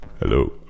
Hello